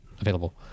available